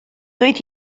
doedd